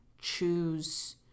choose